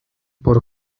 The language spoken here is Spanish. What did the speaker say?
por